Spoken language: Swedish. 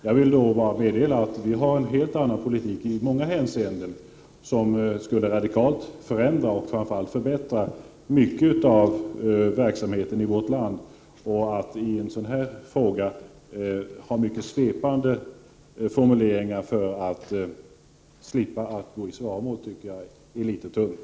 Jag vill bara meddela att vi har en helt annan politik i många hänseenden, en politik som radikalt skulle förändra och framför allt förbättra mycket av verksamheten i vårt land. Att i en sådan här fråga komma med svepande formuleringar för att slippa att gå i svaromål tycker jag är litet tunt.